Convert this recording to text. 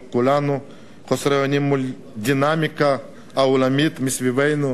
חוסר אונים מול הדינמיקה העולמית מסביבנו,